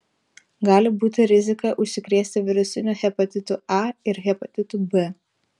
gali būti rizika užsikrėsti virusiniu hepatitu a ir hepatitu b